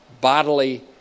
bodily